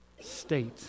state